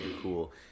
cool